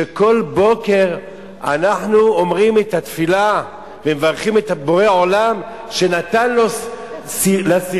שכל בוקר אנחנו אומרים את התפילה ומברכים את בורא עולם שנתן לשכווי,